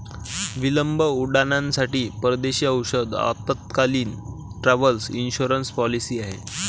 विलंब उड्डाणांसाठी परदेशी औषध आपत्कालीन, ट्रॅव्हल इन्शुरन्स पॉलिसी आहे